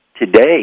today